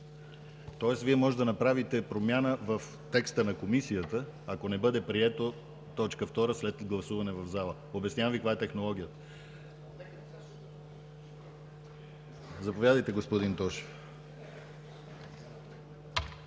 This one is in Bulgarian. Тоест, Вие може да направите промяна в текста на Комисията, ако не бъде приета точка втора, след гласуване в залата. Обяснявам Ви каква е технологията. Заповядайте, господин Тошев.